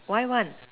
why one